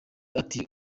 ati